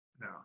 No